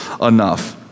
enough